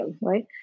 right